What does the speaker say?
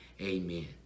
amen